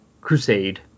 crusade